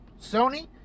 Sony